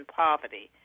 poverty